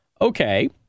Okay